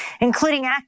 including